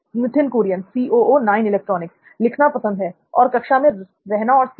नित्थिन कुरियन लिखना पसंद है और कक्षा में रहना और सीखना